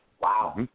Wow